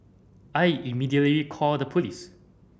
I immediately called the police